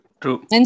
True